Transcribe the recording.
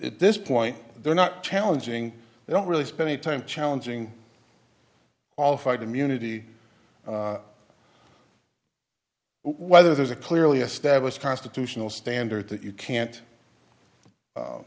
at this point they're not challenging they don't really spend any time challenging all fight immunity whether there's a clearly established constitutional standard that you can't